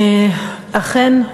אכן,